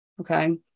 Okay